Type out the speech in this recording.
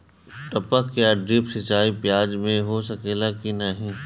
टपक या ड्रिप सिंचाई प्याज में हो सकेला की नाही?